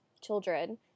children –